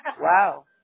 Wow